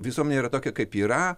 visuomenė yra tokia kaip yra